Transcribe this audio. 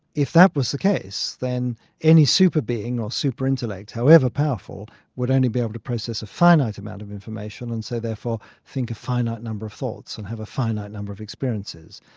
if that was the case then any super being or super intellect however powerful would only be able to process a finite amount of information and so therefore think a finite number of thoughts and have a finite number of experiences.